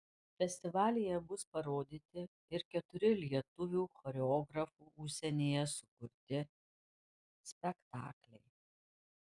festivalyje bus parodyti ir keturi lietuvių choreografų užsienyje sukurti spektakliai